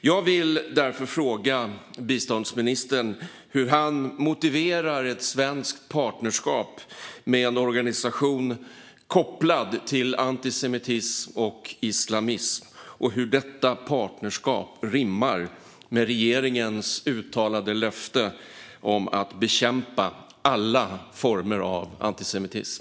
Jag vill därför fråga biståndsministern hur han motiverar ett svenskt partnerskap med en organisation kopplad till antisemitism och islamism och hur detta partnerskap rimmar med regeringens uttalade löfte om att bekämpa alla former av antisemitism.